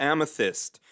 Amethyst